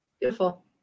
Beautiful